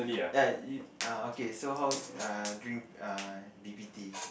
ya you uh okay so how's uh drink uh i_p_p_t